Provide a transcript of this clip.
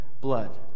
blood